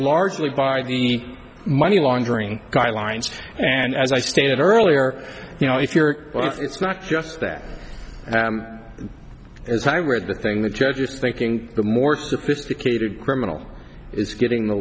largely by the money laundering guidelines and as i stated earlier you know if you're well it's not just that as i read the thing the judge is thinking the more sophisticated criminal is getting the